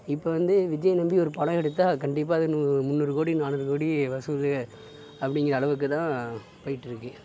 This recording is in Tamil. இப்போ வந்து விஜயை நம்பி ஒரு படம் எடுத்தால் அது கண்டிப்பாக அது நூ முந்நூறு கோடி நானூறு கோடி வசூல் அப்படிங்கிற அளவுக்குதான் போயிட்ருக்குது